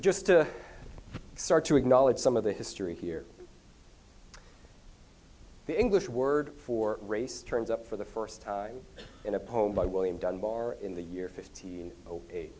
just to start to acknowledge some of the history here the english word for race turns up for the first time in a poem by william dunbar in the year fifty eight